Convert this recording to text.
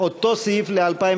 אותו סעיף ל-2018.